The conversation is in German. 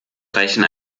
reichen